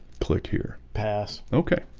click here pass, okay,